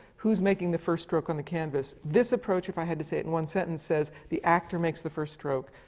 who's making the first stroke on the canvas? this approach, if i had to say it in one sentence, says, the actor makes the first stroke.